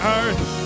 earth